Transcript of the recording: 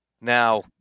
now